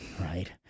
Right